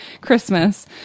Christmas